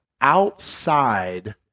outside